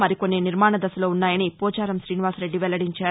మరికొన్ని నిర్మాణదశలో ఉన్నాయని పోచారం శీనివాసరెడ్డి వెల్లడించారు